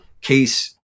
case